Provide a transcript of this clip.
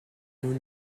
nous